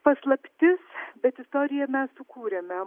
paslaptis bet istoriją mes sukūrėme